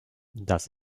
das